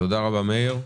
תודה רבה מאיר.